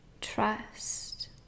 trust